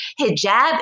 Hijab